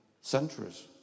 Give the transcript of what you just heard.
centuries